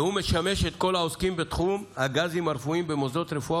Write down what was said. והוא משמש את כל העוסקים בתחום הגזים הרפואיים במוסדות רפואה,